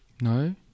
no